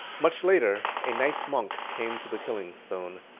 much later, a nice monk came to the killing stone.